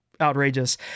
outrageous